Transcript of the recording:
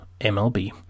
MLB